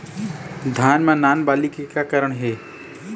धान म नान बाली के का कारण हे?